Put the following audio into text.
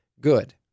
good